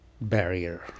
barrier